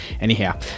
Anyhow